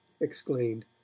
exclaimed